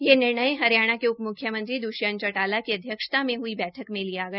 यह निर्णय हरियाणा के उपम्ख्यमंत्री श्री द्वष्यंत चौटाला की अध्यक्षता में हई बैठक में लिया गया